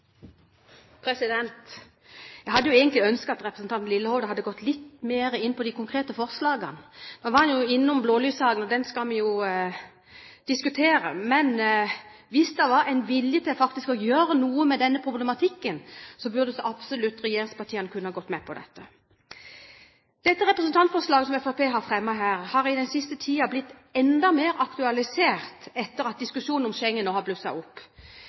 forslaget. Jeg hadde jo egentlig ønsket at representanten Lillehovde hadde gått litt mer inn på de konkrete forslagene. Han var innom blålyssaken. Den skal vi diskutere. Men hvis det var en vilje til faktisk å gjøre noe med denne problematikken, burde regjeringspartiene absolutt kunne gått med på dette. Dette representantforslaget som Fremskrittspartiet har fremmet her, har i den siste tiden blitt enda mer aktualisert etter at diskusjonen om Schengen nå har blusset opp.